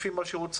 לפי מה שהוצהר,